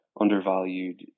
undervalued